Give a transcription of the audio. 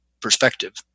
perspective